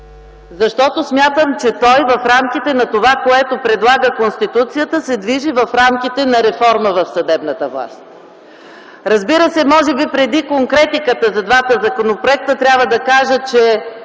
защото смятам, че то в рамките на това, което предлага Конституцията, се движи в рамките на реформа в съдебната власт. Разбира се, може би преди конкретиката за двата законопроекта трябва да кажа, че